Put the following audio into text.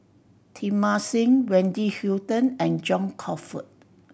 Teng Mah Seng Wendy Hutton and John Crawfurd